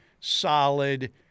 solid